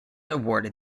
awarded